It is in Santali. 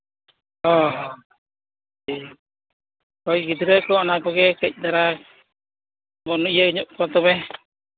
ᱦᱳᱭ ᱴᱷᱤᱠ ᱦᱳᱭ ᱜᱤᱫᱽᱨᱟᱹ ᱠᱚ ᱚᱱᱟ ᱠᱚᱜᱮ ᱠᱟᱹᱡ ᱫᱷᱟᱨᱟ ᱵᱚᱱ ᱤᱭᱟᱹ ᱧᱚᱜ ᱚᱣᱟ ᱛᱚᱵᱮ